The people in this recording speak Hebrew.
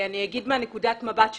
אני אגיד מנקודת המבט שלנו.